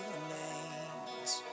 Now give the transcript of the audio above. remains